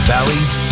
Valley's